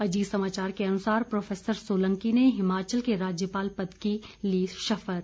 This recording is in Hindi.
अजीत समाचार के अनुसार प्रो सोलंकी ने हिमाचल के राज्यपाल पद की ली शपथ